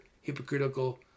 hypocritical